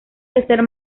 tercer